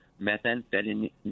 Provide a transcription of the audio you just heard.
methamphetamine